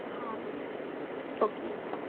हाँ ओके